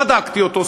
בדקתי אותו,